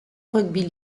rugby